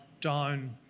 down